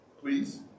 Please